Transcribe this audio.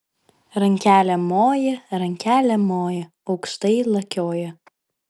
rankelėm moja rankelėm moja aukštai lakioja